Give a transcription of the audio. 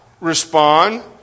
respond